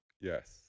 Yes